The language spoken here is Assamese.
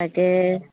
তাকে